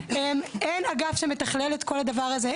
אין אגף שמתכלל את כל הדבר הזה.